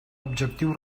objectiu